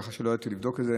כך שלא ידעתי לבדוק את זה,